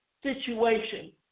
situation